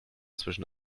zwischen